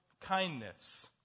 kindness